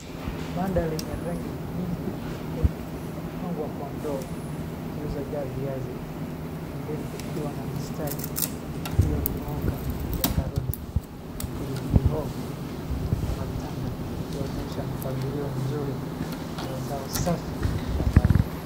Banda lenye rangi nyingi sokoni limepangwa kwa ndoo zilizoojaa viazi pembeni kukiwa na mistari iliyonyooka ya karoti, pilipili hoho na matanga ikionyesha mpangilio mzuri wa mazao safi ya shambani.